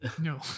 no